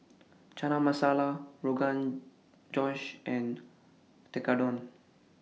Chana Masala Rogan Josh and Tekkadon